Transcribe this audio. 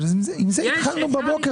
אבל עם זה התחלנו בבוקר.